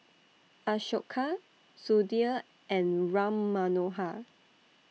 Ashoka Sudhir and Ram Manohar